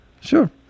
Sure